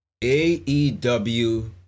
aew